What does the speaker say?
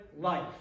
life